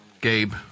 Gabe